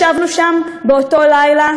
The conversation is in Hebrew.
ישבנו שם באותו לילה,